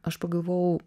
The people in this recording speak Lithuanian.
aš pagavau